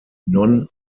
non